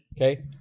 okay